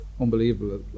unbelievable